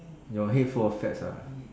your head full of fats ah